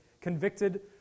convicted